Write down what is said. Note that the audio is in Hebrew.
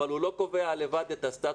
אבל הוא לא קובע לבד את הסטטוס.